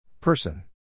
person